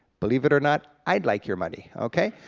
believe it or not, i'd like your money, okay,